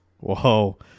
Whoa